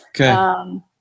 Okay